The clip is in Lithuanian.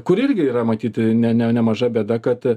kur irgi yra matyt ne nemaža bėda kad